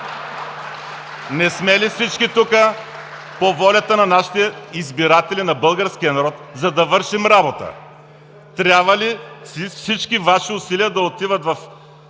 Не сме ли всички тук по волята на нашите избиратели, на българския народ, за да вършим работа? Трябва ли всички Ваши усилия да отиват в